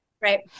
Right